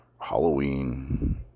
Halloween